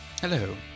Hello